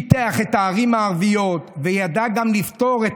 פיתח את הערים הערביות וידע גם לפתור את